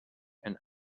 and